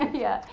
yeah.